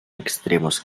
extremos